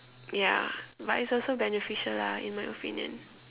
ya but it's also beneficial lah in my opinion